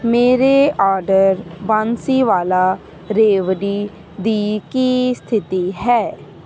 ਮੇਰੇ ਆਰਡਰ ਬਾਂਸੀਵਾਲਾ ਰੇਵਡੀ ਦੀ ਕੀ ਸਥਿਤੀ ਹੈ